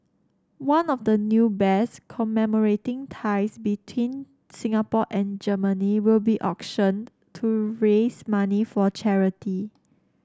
one of the new bears commemorating ties between Singapore and Germany will be auctioned to raise money for charity